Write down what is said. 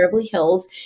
Hills